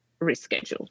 rescheduled